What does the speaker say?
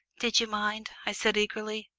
did you mind? i said eagerly.